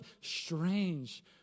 strange